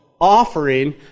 offering